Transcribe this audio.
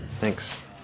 Thanks